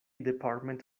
department